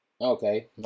Okay